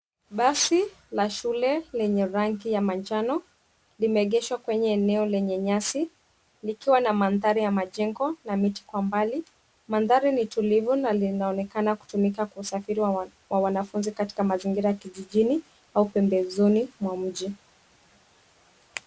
Basi la shule lenye rangi ya manjano limeegeshwa kwenye eneo lenye nyasi likiwa na maandari ya majengo na miti kwa mbali, maandari ni tulivu na linaonekana kutumika kwa usafiri wanafunzi katika mazingira kijijini au pembesoni mwa miji.